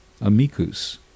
Amicus